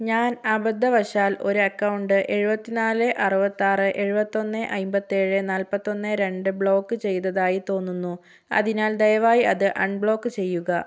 ഞാൻ അബദ്ധവശാൽ ഒരു അക്കൗണ്ട് എഴുപത്തിനാല് അറുപത്താറ് എഴുപത്തൊന്ന് അൻപത്തേഴ് നാൽപ്പത്തൊന്ന് രണ്ട് ബ്ലോക്ക് ചെയ്തതായി തോന്നുന്നു അതിനാൽ ദയവായി അത് അൺബ്ലോക്ക് ചെയ്യുക